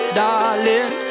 darling